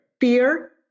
fear